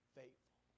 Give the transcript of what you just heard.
faithful